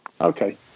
Okay